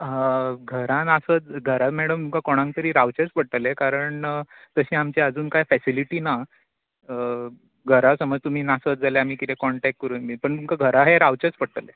घरान आसत घरान मॅडम तुमका कोणाक तरी रावचेंच पडटलें कारण तशी आमची आजून कांय फॅसिलिटी ना घरा समज तुमी नासत जाल्यार आमी कितें काॅन्टॅक्ट करून बी पूण तुमकां घरा हें रावचेंच पडटलें